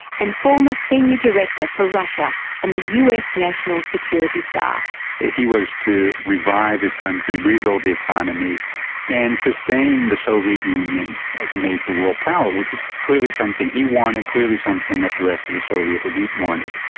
and former senior director for russia on the us national security staff. if he was to revive his country, rebuild the economy and sustain the soviet union as a major world power, which was clearly something he wanted, clearly something that the rest of the soviet elite wanted,